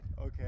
Okay